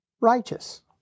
righteous